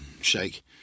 shake